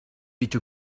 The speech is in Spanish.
dicho